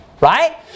right